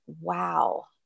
wow